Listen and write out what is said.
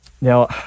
Now